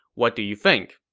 what do you think?